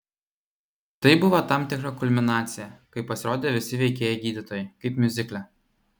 tai buvo tam tikra kulminacija kai pasirodė visi veikėjai gydytojai kaip miuzikle